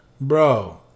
Bro